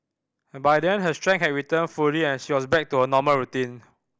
by then her strength had returned fully and she was back to her normal routine